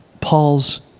Paul's